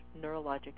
neurologic